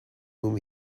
whom